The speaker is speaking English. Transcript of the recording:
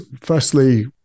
firstly